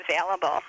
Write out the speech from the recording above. available